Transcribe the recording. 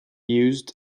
used